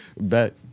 Bet